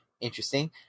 interesting